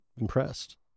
impressed